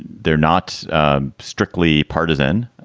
they're not strictly partisan.